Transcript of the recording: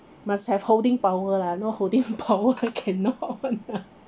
must have holding power lah no holding power cannot